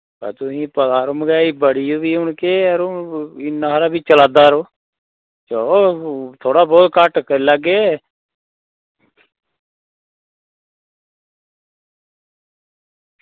चाचु तुसेंगी पता यरो मैहंगाई बड़ी केह् ऐ यरो इन्ना हारा भी चला दा यरो चलो थह्ड़ा बहोत घट्ट करी लैगे